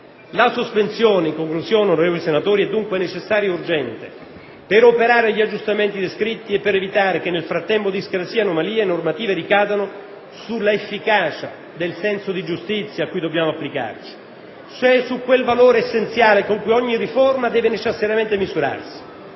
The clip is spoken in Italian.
superiore. La sospensione, onorevoli senatori, è dunque necessaria e urgente per operare gli aggiustamenti descritti e per evitare che nel frattempo discrasie e anomalie normative ricadano sull'efficacia del senso di giustizia a cui dobbiamo applicarci, cioè su quel valore essenziale con cui ogni riforma deve necessariamente misurarsi.